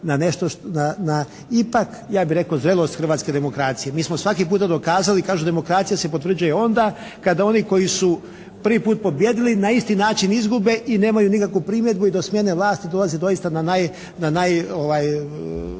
ipak ja bih rekao zrelost hrvatske demokracije. Mi smo svaki puta dokazali, kažu demokracija se potvrđuje onda kada oni koji su prvi put pobijedili na isti način izgube i nemaju nikakvu primjedbu i do smjene vlasti dolazi doista na